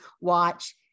watch